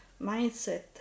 mindset